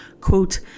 quote